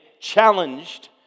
challenged